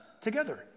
together